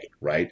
right